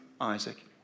Isaac